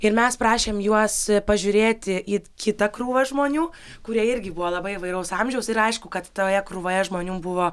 ir mes prašėm juos pažiūrėti į kitą krūvą žmonių kurie irgi buvo labai įvairaus amžiaus ir aišku kad toje krūvoje žmonių buvo